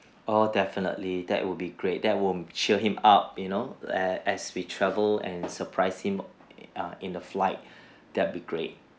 orh definitely that will be great that will cheer him up you know a~ as we travel and surprise him err in the flight that'll be great